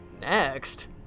Next